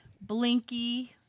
Blinky